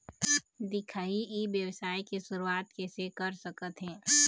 दिखाही ई व्यवसाय के शुरुआत किसे कर सकत हे?